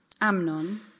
Amnon